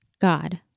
God